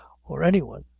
or any one.